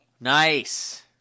nice